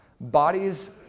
bodies